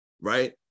right